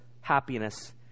happiness